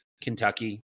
Kentucky